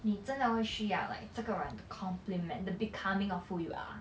你真的会需要 like 这个人 to complement the becoming of who you are